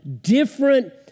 different